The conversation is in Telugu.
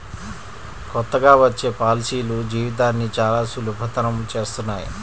కొత్తగా వచ్చే పాలసీలు జీవితాన్ని చానా సులభతరం చేస్తున్నాయి